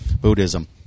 Buddhism